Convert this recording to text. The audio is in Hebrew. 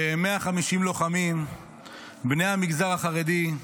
150 לוחמים בני המגזר החרדי,